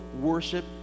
worship